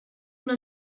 una